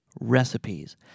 recipes